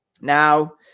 Now